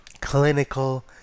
clinical